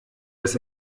das